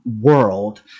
world